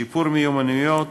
שיפור מיומנויות